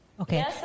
Okay